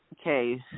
Okay